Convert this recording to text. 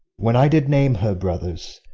when i did name her brothers,